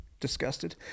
disgusted